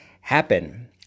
happen